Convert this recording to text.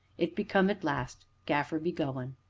it be come at last gaffer be goin'.